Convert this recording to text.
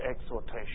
exhortation